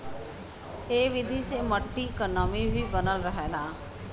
इ विधि से मट्टी क नमी भी बनल रहला